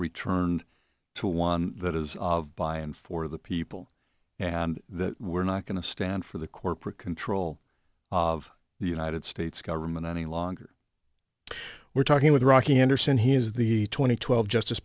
returned to one that is by and for the people and that we're not going to stand for the corporate control of the united states government any longer we're talking with rocky anderson he is the two thousand and twelve justice